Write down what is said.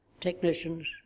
technicians